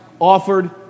offered